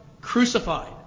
Crucified